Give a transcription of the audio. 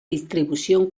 distribución